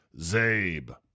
Zabe